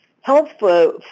health